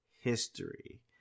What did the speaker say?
history